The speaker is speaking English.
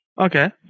Okay